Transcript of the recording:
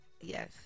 Yes